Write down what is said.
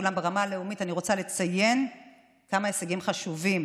אולם ברמה הלאומית אני רוצה לציין כמה הישגים חשובים